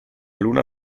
luna